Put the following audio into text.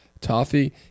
toffee